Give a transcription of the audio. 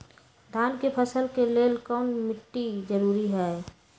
धान के फसल के लेल कौन मिट्टी जरूरी है?